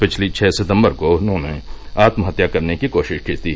पिछली छः सितम्बर को उन्होंने आत्महत्या करने की कोशिश की थी